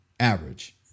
average